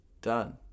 Done